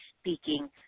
speaking